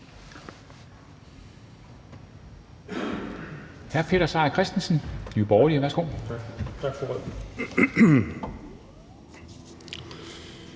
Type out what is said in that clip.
Hr. Peter Seier Christensen, Nye Borgerlige, værsgo.